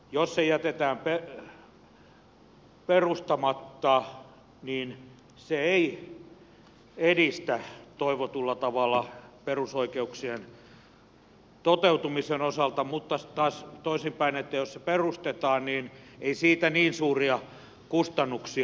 jos se jätetään perustamatta niin se ei edistä toivotulla tavalla perusoikeuksien toteutumista mutta taas toisinpäin jos se perustetaan niin ei siitä niin suuria kustannuksia tule